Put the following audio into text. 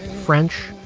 french,